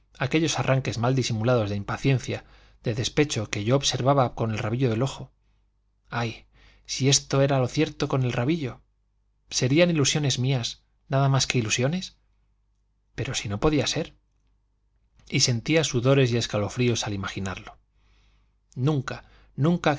aquellos arranques mal disimulados de impaciencia de despecho que yo observaba con el rabillo del ojo ay sí esto era lo cierto con el rabillo serían ilusiones mías nada más que ilusiones pero si no podía ser y sentía sudores y escalofríos al imaginarlo nunca nunca